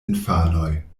infanoj